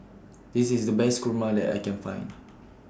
This IS The Best Kurma that I Can Find